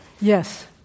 Yes